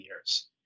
years